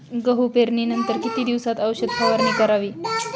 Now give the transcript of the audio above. गहू पेरणीनंतर किती दिवसात औषध फवारणी करावी?